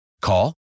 call